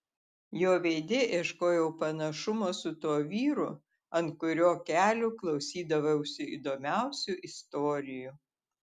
jo veide ieškojau panašumo su tuo vyru ant kurio kelių klausydavausi įdomiausių istorijų